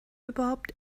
überhaupt